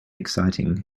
exciting